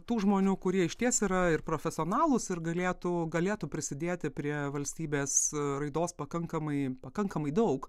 tų žmonių kurie išties yra ir profesionalūs ir galėtų galėtų prisidėti prie valstybės raidos pakankamai pakankamai daug